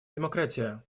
демократия